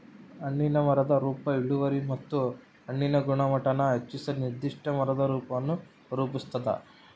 ಹಣ್ಣಿನ ಮರದ ರೂಪ ಇಳುವರಿ ಮತ್ತು ಹಣ್ಣಿನ ಗುಣಮಟ್ಟಾನ ಹೆಚ್ಚಿಸಲು ನಿರ್ದಿಷ್ಟ ಮರದ ರೂಪವನ್ನು ರೂಪಿಸ್ತದ